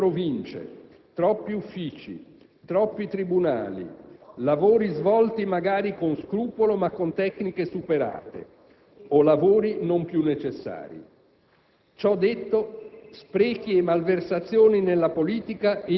Intendo strutture inutilmente pesanti: troppe Province, troppi uffici, troppi tribunali, lavori svolti magari con scrupolo ma con tecniche superate, o lavori non più necessari.